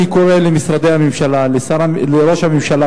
אני קורא למשרדי הממשלה ולראש הממשלה